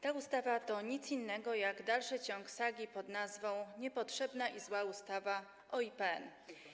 Ta ustawa to nic innego jak dalszy ciąg sagi pn. „Niepotrzebna i zła ustawa o IPN”